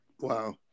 Wow